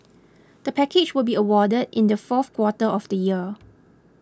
the package will be awarded in the fourth quarter of the year